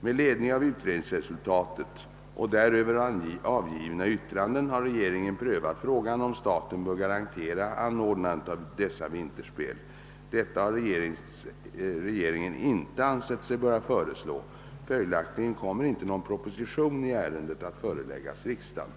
Med ledning av utredningsresultatet och däröver avgivna yttranden har regeringen prövat frågan om staten bör garantera anordnandet av dessa vinterspel. Detta har regeringen inte ansett sig böra föreslå. Följaktligen kommer inte någon proposition i ärendet att föreläggas riksdagen.